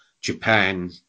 Japan